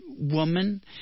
woman